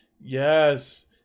yes